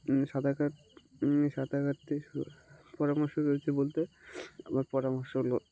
সাঁতার কাট সাঁতার কাটতে পরামর্শ রয়েছে বলতে আমার পরামর্শ হলো